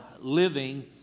living